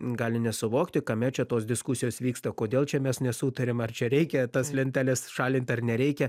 gali nesuvokti kame čia tos diskusijos vyksta kodėl čia mes nesutariam ar čia reikia tas lenteles šalint ar nereikia